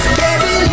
baby